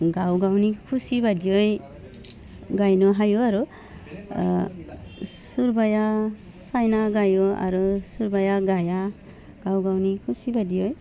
गाव गावनि खुसि बादियै गाइनो हायो आरो सोरबाया साइना गाइयो आरो सोरबाया गाया गाव गावनि खुसि बायदियै